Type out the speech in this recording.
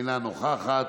אינה נוכחת,